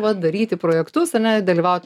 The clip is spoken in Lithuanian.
vat daryti projektus ane nedalyvauti